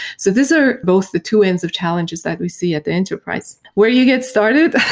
so these are both the two ends of challenges that we see at the enterprise. where you get started?